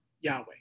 Yahweh